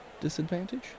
disadvantage